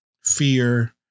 fear